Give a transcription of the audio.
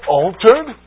altered